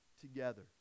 together